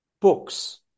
books